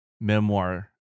memoir